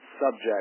subject